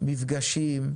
מפגשים,